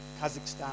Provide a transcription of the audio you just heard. Kazakhstan